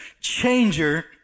changer